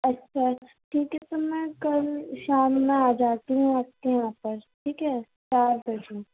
اچھا ٹھیک ہے تو میں کل شام میں آ جاتی ہوں آپ کے یہاں پر ٹھیک ہے گیارہ بجے